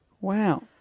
Wow